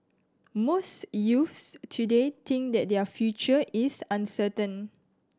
most youths today think that their future is uncertain